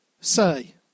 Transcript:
say